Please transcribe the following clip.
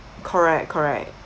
correct correct